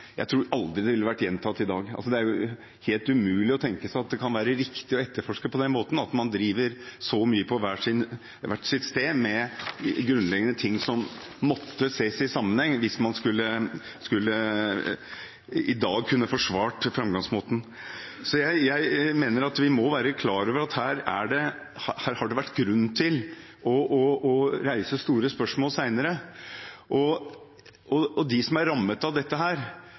jeg tror aldri ville blitt gjentatt i dag. Det er helt umulig å tenke seg at det kan være riktig å etterforske på den måten, og at man i dag kunne forsvart framgangsmåten – at man drev så mye på hvert sitt sted med grunnleggende ting som måtte ses i sammenheng. Jeg mener vi må være klar over at her har det vært grunn til å reise store spørsmål senere. De som er rammet av dette, har dels slitt med alle de personlige problemene knyttet til å miste sine nærmeste, og dels følt at de